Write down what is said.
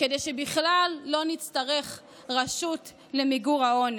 כדי שבכלל לא נצטרך רשות למיגור העוני.